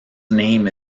name